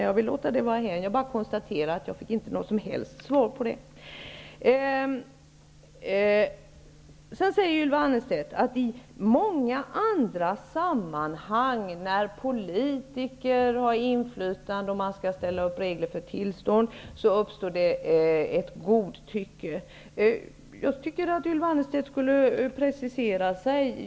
Jag lämnar det därhän. Jag bara konstaterar att jag inte fick något som helst svar på min fråga. Ylva Annerstedt säger att det i många andra sammanhang, när politiker har inflytande och sätter upp regler för tillstånd, uppstår ett godtycke. Ylva Annerstedt borde precisera sig.